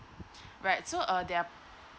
right so uh there are